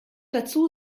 dazu